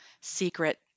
Secret